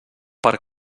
per